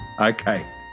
Okay